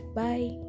bye